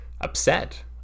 upset